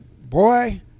boy